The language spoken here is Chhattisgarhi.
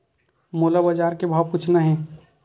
मोला बजार के भाव पूछना हे?